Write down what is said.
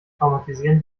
traumatisieren